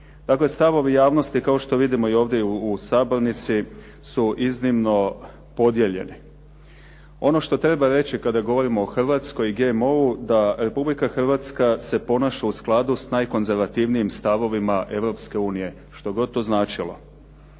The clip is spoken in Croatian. stavovi javnosti kao što vidimo i ovdje u sabornici su iznimno podijeljeni. Ono što treba reći kada govorimo o Hrvatskoj i GMO-u, da Republika Hrvatska se ponaša u skladu sa najkonzervativnijim stavovima Europske unije što god to značilo.